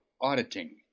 auditing